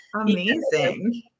Amazing